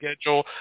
schedule